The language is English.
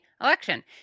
election